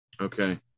Okay